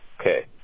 Okay